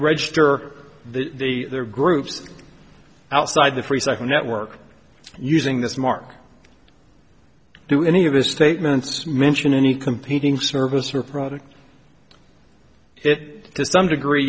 register the their groups outside the free second network using this mark do any of those statements mention any competing service or product it to some degree